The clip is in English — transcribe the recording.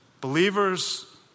Believers